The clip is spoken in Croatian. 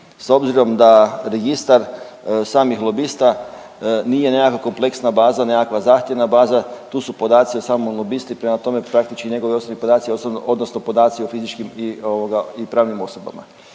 s obzirom da Registar samih lobista nije nekakva kompleksna baza, nekakva zahtjevna baza, tu su podaci o samom lobisti, prema tome praktički njegovi osobni podaci odnosno podaci o fizičkim i ovoga i pravnim osobama.